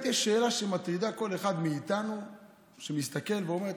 יש שאלה שמטרידה כל אחד מאיתנו שמסתכל ואומר: